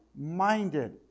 minded